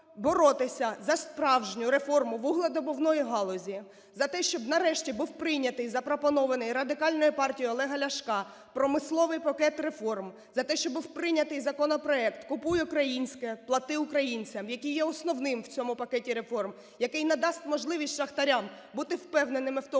боротися за справжню реформу вугледобувної галузі. За те, щоб нарешті, був прийнятий запропонований Радикальною партією Олега Ляшка промисловий пакет реформ, за те, щоб був прийнятий законопроект "Купуй українське, плати українцям!", який є основним в цьому пакеті реформ, який надасть можливість шахтарям бути впевненими в тому,